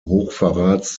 hochverrats